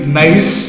nice